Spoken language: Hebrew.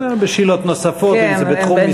בשאלות נוספות, אם זה בתחום משרדך.